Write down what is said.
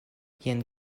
jen